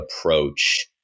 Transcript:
approach